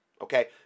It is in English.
Okay